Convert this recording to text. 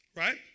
Right